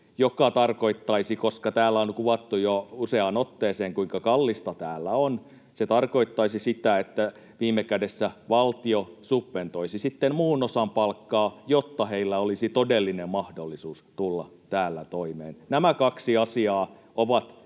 mikä tarkoittaisi, koska täällä on kuvattu jo useaan otteeseen, kuinka kallista täällä on, että viime kädessä valtio subventoisi sitten muun osan palkkaa, jotta heillä olisi todellinen mahdollisuus tulla täällä toimeen. Nämä kaksi asiaa ovat